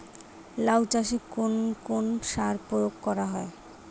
লাউ চাষে কোন কোন সার প্রয়োগ করা হয়?